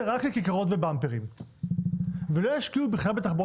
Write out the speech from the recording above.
רק לכיכרות ובמפרים ולא ישקיעו בכלל בתחבורה